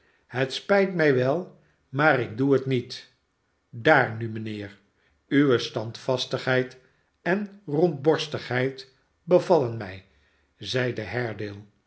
het spijt mij wel maar ik doe het niet daar nu mijnheer uwe standvastigheid en rondborstigheid bevallen mij zeide